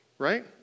right